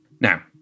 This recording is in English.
Now